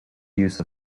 use